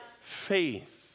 faith